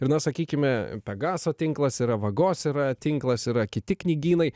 ir na sakykime pegaso tinklas yra vagos yra tinklas yra kiti knygynai